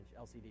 LCD